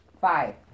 five